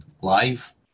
live